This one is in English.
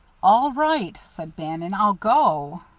all right, said bannon. i'll go.